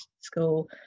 school